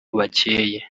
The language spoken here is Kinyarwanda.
bakeye